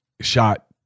shot